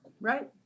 right